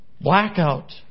blackout